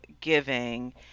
giving